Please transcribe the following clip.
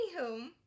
anywho